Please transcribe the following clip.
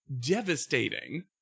devastating